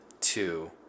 Two